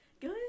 Good